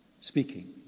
speaking